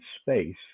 space